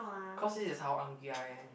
cause this is how hungry I am